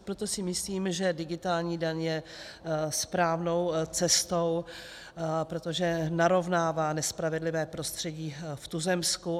Proto si myslím, že digitální daň je správnou cestou, protože narovnává nespravedlivé prostředí v tuzemsku.